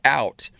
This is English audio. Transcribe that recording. out